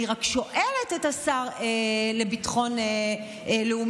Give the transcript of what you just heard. אני רק שואלת את השר לביטחון לאומי,